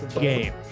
game